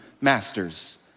masters